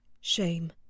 Shame